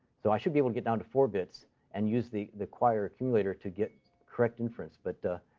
so i should be able get down to four bits and use the the quire accumulator to get correct inference. but